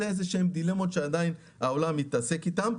אלה דילמות שהעולם עדיין מתעסק איתן.